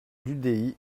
l’udi